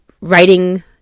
writing